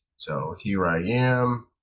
so here i am